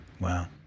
Wow